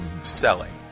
selling